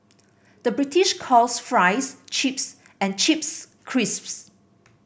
the British calls fries chips and chips crisps